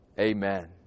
Amen